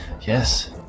yes